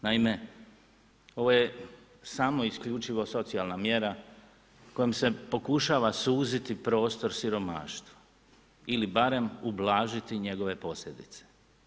Naime, ovo je samo isključivo socijalna mjera kojom se pokušava suziti prostor siromaštvu ili barem ublažiti njegove posljedice.